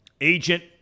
agent